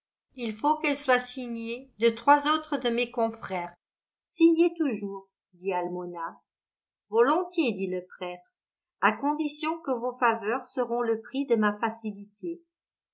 il faut qu'elle soit signée de trois autres de mes confrères signez toujours dit almona volontiers dit le prêtre à condition que vos faveurs seront le prix de ma facilité